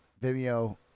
Vimeo